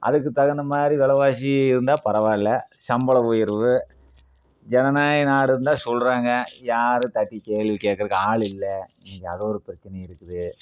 அதுக்கு தகுந்த மாதிரி விலைவாசி இருந்தால் பரவாயில்லை சம்பள உயர்வு ஜனநாயக நாடுனு தான் சொல்லறாங்க யாரு தட்டி கேள்வி கேட்குறதுக்கு ஆளு இல்லை இங்கே அது ஒரு பிரச்சினை இருக்குது